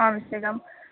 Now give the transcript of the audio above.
आवश्यकम्